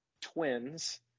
twins